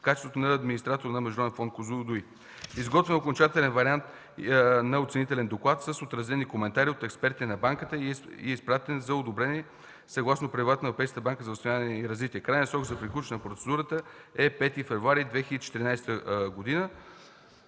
качеството на администратор на Международен фонд „Козлодуй“. Изготвен е окончателен вариант на оценителен доклад с отразени коментари от експерти на банката и е изпратен за одобрение, съгласно правилата на Европейската банка за възстановяване и развитие. Краен срок за приключване на процедурата е 5 февруари 2014 г.